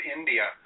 India